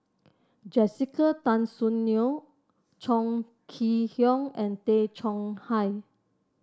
Jessica Tan Soon Neo Chong Kee Hiong and Tay Chong Hai